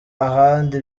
ahandi